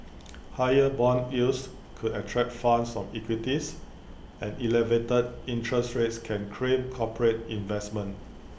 higher Bond yields could attract funds of equities and elevated interest rates can crimp corporate investment